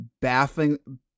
baffling